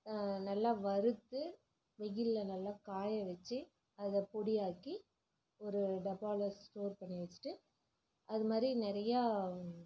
நல்லா வறுத்து வெயிலில் நல்லா காய வச்சு அதை பொடியாக்கி ஒரு டப்பாவில் ஸ்டோர் பண்ணி வச்சுட்டு அதுமாதிரி நிறையா